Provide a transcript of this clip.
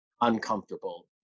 uncomfortable